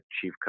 chief